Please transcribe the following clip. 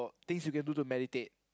things you can do to meditate